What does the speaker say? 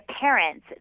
parents